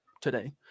today